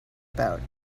about